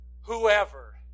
whoever